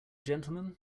gentlemen